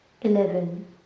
eleven